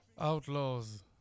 outlaws